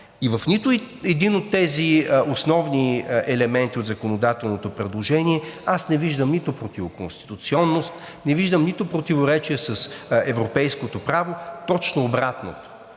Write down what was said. И в нито един от тези основни елементи от законодателното предложение аз не виждам нито противоконституционност, не виждам нито противоречие с европейското право. Точно обратното,